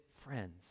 friends